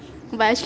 but I actually